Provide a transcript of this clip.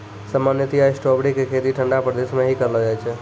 सामान्यतया स्ट्राबेरी के खेती ठंडा प्रदेश मॅ ही करलो जाय छै